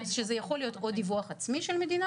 שזה יכול להיות או דיווח עצמי של מדינה